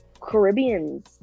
caribbeans